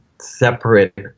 separate